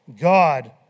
God